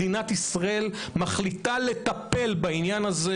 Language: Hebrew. מדינת ישראל מחליטה לטפל בעניין הזה,